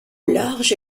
large